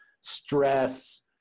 stress